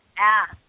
ask